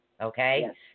okay